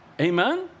Amen